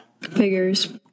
Figures